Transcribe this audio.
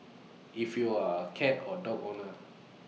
if you are A cat or dog owner